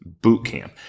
Bootcamp